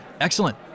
Excellent